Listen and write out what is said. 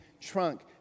trunk